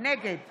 נגד